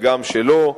וגם שלא,